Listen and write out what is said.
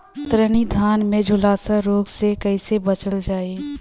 कतरनी धान में झुलसा रोग से कइसे बचल जाई?